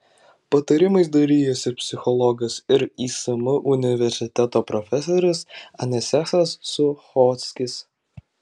patarimais dalijasi psichologas ir ism universiteto profesorius anicetas suchockis